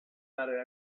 dare